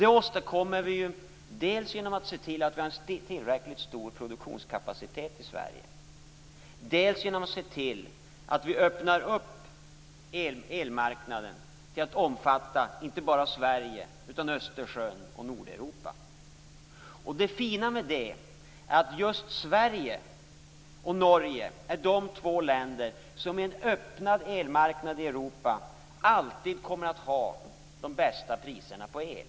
Det åstadkommer vi dels genom att se till att vi har en tillräckligt stor produktionskapacitet i Sverige, dels genom att se till att vi öppnar elmarknaden och låter den omfatta inte bara Sverige utan också Östersjön och Nordeuropa. Det fina med det är att just Sverige och Norge är de två länder som på en öppnad europeisk elmarknad alltid kommer att ha de bästa priserna på el.